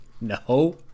No